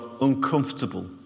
uncomfortable